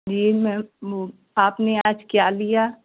जी मैं आपने आज क्या दिया